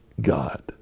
God